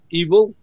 evil